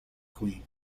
queen